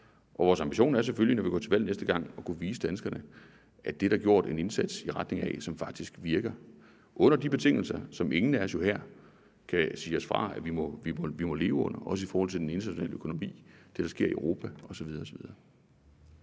Og vores ambition er selvfølgelig, når vi går til valg næste gang, at kunne vise danskerne, at det er der gjort en indsats i retning af, som faktisk virker under de betingelser, som ingen af os her jo kan sige os fri for at vi må leve under – også i forhold til den internationale økonomi, det, der sker Europa osv.